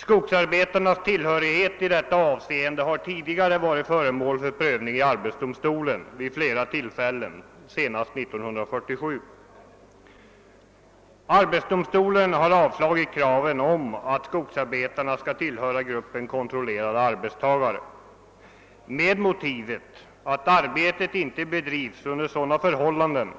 Skogsarbetarnas tillhörighet i detta avseende har tidigare varit föremål för prövning i arbetsdomstolen vid flera tillfällen, senast 1947. Arbetsdomstolen har avslagit kravet om att skogsarbetarna skall tillhöra gruppen kontrollerade arbetstagare, med motiveringen att arbetet bedrivs under sådana förhållanden